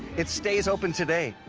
it stays open today.